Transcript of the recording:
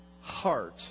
heart